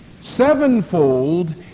sevenfold